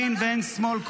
אין ימין ואין שמאל.